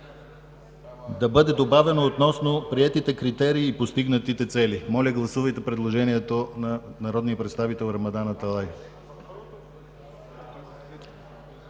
да бъде добавено: „относно приетите критерии и постигнатите цели.“ Моля, гласувайте предложението на народния представител Рамадан Аталай.